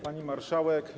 Pani Marszałek!